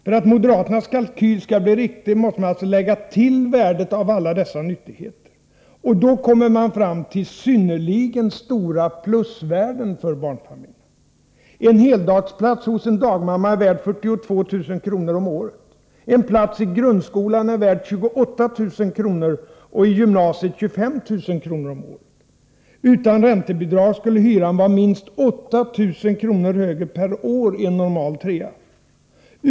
För att moderaternas kalkyl skall bli riktig måste man alltså lägga till värdet av alla dessa nyttigheter — och då kommer man fram till synnerligen stora plusvärden för barnfamiljerna. En heldagsplats hos en dagmamma är värd 42 000 kr. om året, en plats i grundskolan 28 000 kr. och i gymnasiet 25 000 kr. Utan räntebidragen skulle hyran vara minst 8000 kr. högre per år för en normal trea.